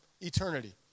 eternity